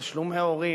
תשלומי הורים,